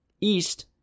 East